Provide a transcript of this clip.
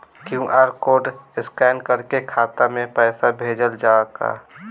QR code scan करके खाता में पैसा भेजल जाला का?